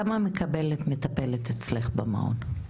כמה מקבלת מטפלת אצלך במעון?